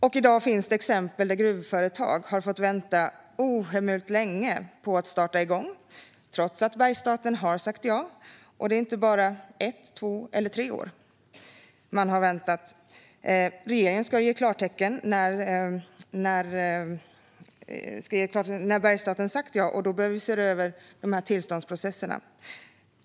I dag finns exempel där gruvföretag har fått vänta ohemult länge på att starta igång trots att Bergsstaten har sagt ja, och det är inte bara ett, två eller tre år man har väntat. Regeringen ska ge klartecken när Bergsstaten sagt ja, och då behöver vi se över tillståndsprocesserna.